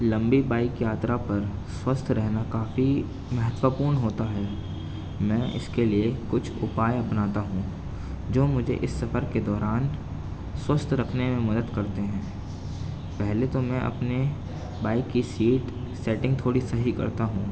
لمبی بائک یاترا پر سوستھ رہنا کافی مہتوپورن ہوتا ہے میں اس کے لیے کچھ اوپائے اپناتا ہوں جو مجھے اس سفر کے دوران سوستھ رکھنے میں مدد کرتے ہیں پہلے تو میں اپنے بائک کی سیٹ سیٹنگ تھوڑی صحیح کرتا ہوں